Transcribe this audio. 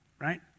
Right